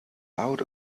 out